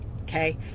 Okay